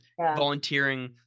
volunteering